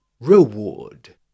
Reward